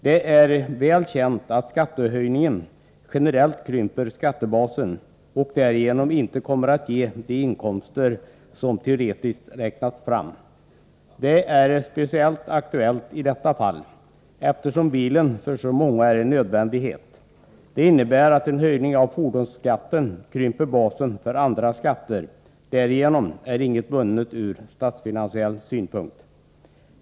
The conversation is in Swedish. Det är väl känt att en sådan här skattehöjning generellt krymper skattebasen och att den därigenom inte kommer att ge de inkomster som teoretiskt räknats fram. Det är speciellt aktuellt i detta fall, eftersom bilen är en nödvändighet för så många människor. Det innebär att en höjning av fordonsskatten krymper basen för andra skatter. Därigenom är inget vunnet ur statsfinansiell synpunkt.